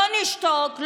לא נשתוק,